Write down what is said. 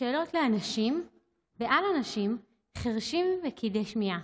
בשאלות לאנשים ועל אנשים חירשים וכבדי שמיעה.